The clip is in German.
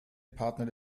partner